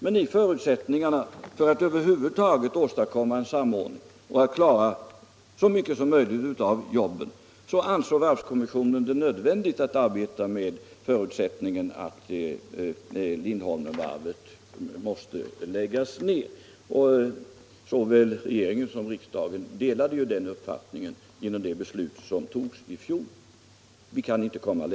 Men i förutsättningarna för att över huvud taget åstadkomma en samordning för att därigenom klara så mycket som möjligt av jobben ansåg varvskommissionen det nödvändigt att arbeta med förutsättningen att Lindholmensvarvet måste läggas ned, och såväl regeringen som riksdagen delade ju den uppfattningen genom det beslut som fattades i fjol.